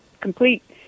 complete